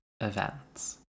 events